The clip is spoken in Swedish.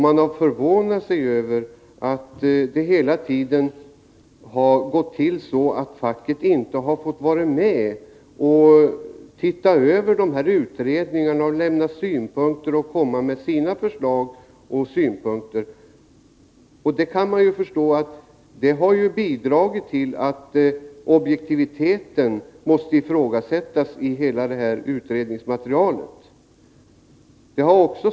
Man har förvånat sig över att det hela tiden har gått till så att facket inte har fått titta över utredningarna och komma med sina synpunkter och förslag. Det är klart att det har bidragit till att objektiviteten i hela utredningsmaterialet måste ifrågasättas.